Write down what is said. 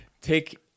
take